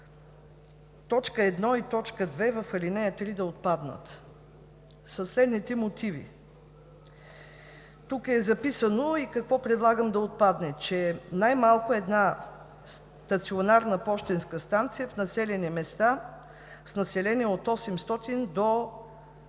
– т. 1 и т. 2 в ал. 3 да отпаднат, със следните мотиви: Тук е записано и какво предлагам да отпадне: „най-малко една стационарна пощенска станция в населени места с население от 800 до 15